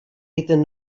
iddyn